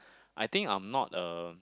I think I'm not a